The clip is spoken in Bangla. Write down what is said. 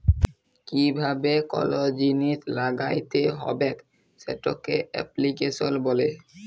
কিভাবে কল জিলিস ল্যাগ্যাইতে হবেক সেটকে এপ্লিক্যাশল ব্যলে